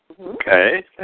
Okay